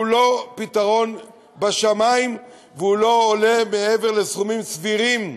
שהוא לא פתרון בשמים ושהוא לא עולה מעבר לסכומים סבירים.